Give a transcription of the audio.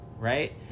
Right